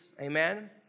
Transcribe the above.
amen